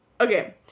okay